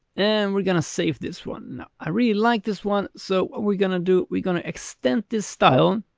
and we're going to save this one. i really liked this one. so but we're going to do, we're going to extend this style